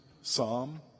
psalm